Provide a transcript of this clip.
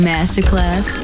Masterclass